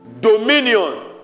dominion